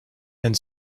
and